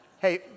Hey